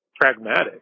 Pragmatic